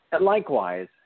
likewise